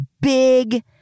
big